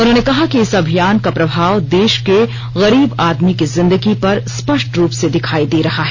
उन्होंने कहा कि इस अभियान का प्रभाव देश के गरीब आदमी की जिंदगी पर स्पष्ट रूप से दिखाई दे रहा है